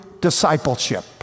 discipleship